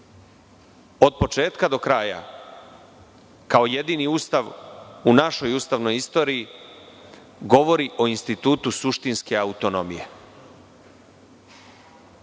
od početka do kraja, kao jedini Ustav u našoj ustavnoj istoriji, govori o institutu suštinske autonomije.